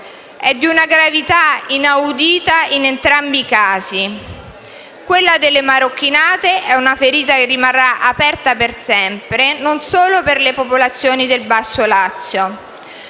È di una gravità inaudita in entrambi i casi. Quella delle marocchinate è una ferita che rimarrà aperta per sempre, e non solo per le popolazioni del basso Lazio.